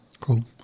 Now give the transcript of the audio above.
Cool